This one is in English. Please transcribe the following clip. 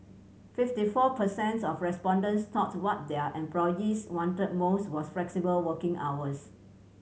fifty four per cents of respondents thought what their employees wanted most was flexible working hours